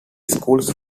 skulls